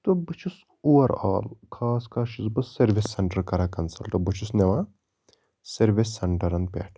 تہٕ بہٕ چھُس اوٚوَرآل خاص کر چھِس بہٕ سٔروِس سینٹَر کران کَنسَلٹہٕ بہٕ چھُس نِوان سٔروِس سینٹَرَن پٮ۪ٹھ